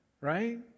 right